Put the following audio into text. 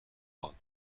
عادی